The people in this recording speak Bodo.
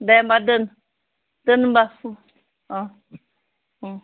दे होमबा दोन दोन होमबा अह उम